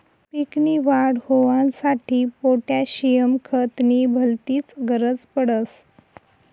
पीक नी वाढ होवांसाठी पोटॅशियम खत नी भलतीच गरज पडस